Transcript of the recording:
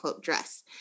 dress